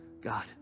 God